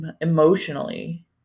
emotionally